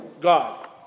God